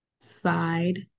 side